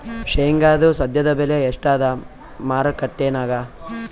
ಶೇಂಗಾದು ಸದ್ಯದಬೆಲೆ ಎಷ್ಟಾದಾ ಮಾರಕೆಟನ್ಯಾಗ?